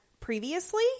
previously